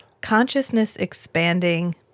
consciousness-expanding